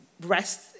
rest